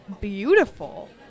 beautiful